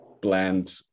bland